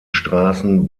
straßen